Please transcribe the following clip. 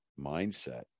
mindset